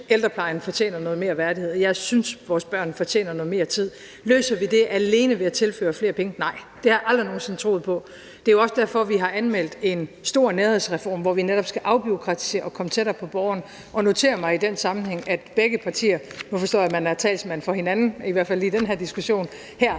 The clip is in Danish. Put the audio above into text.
ældreplejen fortjener noget mere værdighed, og jeg synes, vores børn fortjener noget mere tid. Løser vi det alene ved at tilføre flere penge? Nej, det har jeg aldrig nogen sinde troet på. Det er jo også derfor, at vi har anmeldt en stor nærhedsreform, hvor vi netop skal afbureaukratisere og komme tættere på borgerne. Og jeg noterer mig i den sammenhæng, at begge partier – nu forstår jeg, at man er talsmand for hinanden, i hvert fald lige i den her diskussion – her